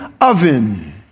oven